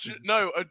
No